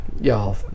Y'all